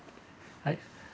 I